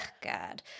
God